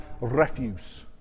refuse